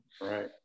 Right